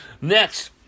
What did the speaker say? Next